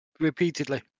Repeatedly